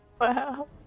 Wow